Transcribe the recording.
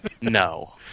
No